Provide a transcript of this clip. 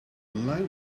light